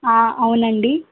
అవునండి